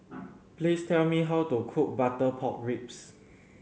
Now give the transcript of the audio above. please tell me how to cook butter pork ribs